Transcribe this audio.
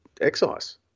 excise